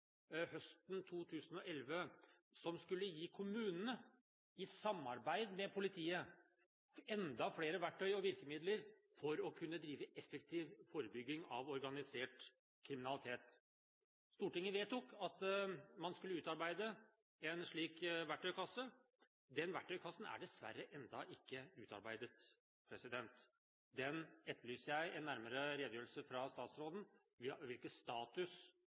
som skulle gi kommunene i samarbeid med politiet enda flere verktøy og virkemidler for å kunne drive effektiv forebygging av organisert kriminalitet. Stortinget vedtok at man skulle utarbeide en slik verktøykasse – den verktøykassen er dessverre ennå ikke utarbeidet. Jeg etterlyser en nærmere redegjørelse fra statsråden om status